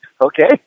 okay